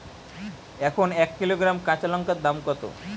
এখন এক কিলোগ্রাম কাঁচা লঙ্কার দাম কত?